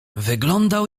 wyglądał